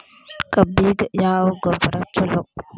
ಕಬ್ಬಿಗ ಯಾವ ಗೊಬ್ಬರ ಛಲೋ?